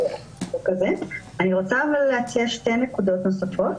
אני רוצה להציע שתי נקודות נוספות.